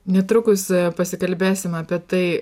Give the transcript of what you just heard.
netrukus pasikalbėsim apie tai